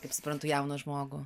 kaip suprantu jauną žmogų